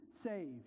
saved